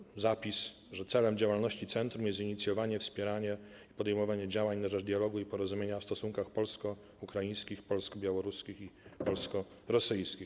Jest tam zapis, że celem działalności centrum jest inicjowanie, wspieranie i podejmowanie działań na rzecz dialogu i porozumienia w stosunkach polsko-ukraińskich, polsko-białoruskich i polsko-rosyjskich.